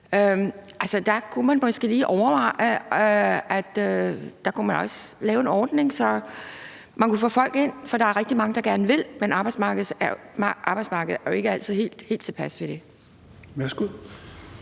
der kunne man måske lige overveje, at man også kunne lave en ordning, så man kunne få folk ind. For der er rigtig mange, der gerne vil, men arbejdsmarkedet er jo ikke altid helt tilpas ved det. Kl.